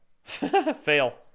fail